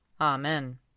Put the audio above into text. Amen